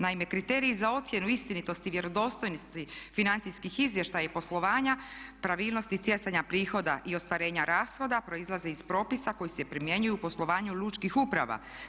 Naime, kriteriji za ocjenu istinitosti i vjerodostojnosti financijskih izvještaja i poslovanja, pravilnosti stjecanja prihoda i ostvarenja rashoda proizlaze iz propisa koji se primjenjuju u poslovanju lučkih uprava.